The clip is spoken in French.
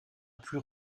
plus